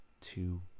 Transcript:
two